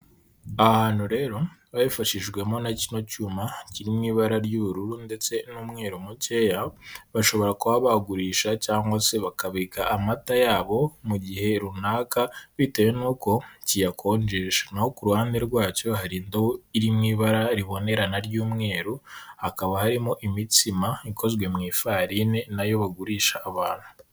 Aha hantu rero babifashijwemo na kino cyuma kiri mu ibara ry'ubururu ndetse n'umweru mukeya, bashobora kuba bagurisha cyangwa se bakabika amata yabo mu gihe runaka bitewe nuko kiyakonjesha. Na ho ku ruhande rwacyo hari indobo irimo ibara ribonerana ry'umweru. Hakaba harimo imitsima ikozwe mu ifarine na yo bagurisha abantu.